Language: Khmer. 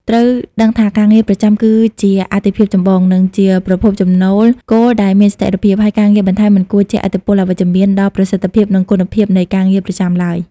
ត្រូវដឹងថាការងារប្រចាំគឺជាអាទិភាពចម្បង និងជាប្រភពចំណូលគោលដែលមានស្ថិរភាព ហើយការងារបន្ថែមមិនគួរជះឥទ្ធិពលអវិជ្ជមានដល់ប្រសិទ្ធភាព ឬគុណភាពនៃការងារប្រចាំឡើយ។។